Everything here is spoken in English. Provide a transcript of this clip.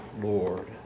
Lord